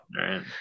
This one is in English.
right